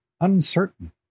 Uncertain